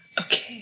Okay